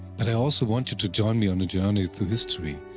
but i also want you to join me on a journey through history,